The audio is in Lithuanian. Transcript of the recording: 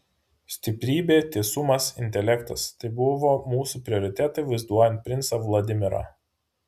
stiprybė tiesumas intelektas tai buvo mūsų prioritetai vaizduojant princą vladimirą